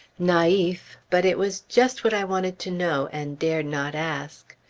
naif, but it was just what i wanted to know, and dared not ask.